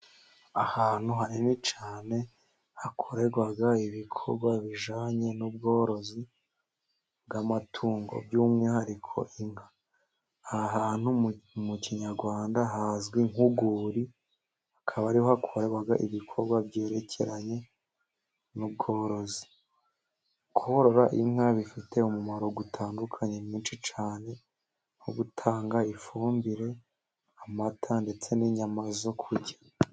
Ahantu hanini cyene hakorerwa ibikorwa bijyanye n'ubworozi bw'amatungo, by'umwihariko inka n'ahantu mu kinyarwanda hazwi nk'urwuri. Hakaba ariho hakorerwa ibikorwa byerekeranye n'ubworozi. Korora inka bifite umumaro utandukanye mwinshi cyane nko gutanga ifumbire, amata ndetse n'inyama zo kurya.